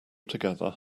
together